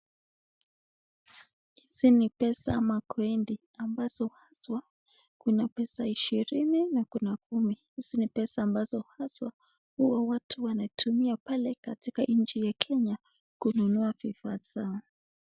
Hizi ni pesa makoini, ambazo haswa kuna pesa ishirini na kuna kumi. Hizi ni pesa haswa watu hutumia pale Kenya kununua bidhaa zao.